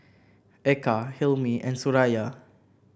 Eka Hilmi and Suraya